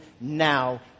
now